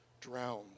drowned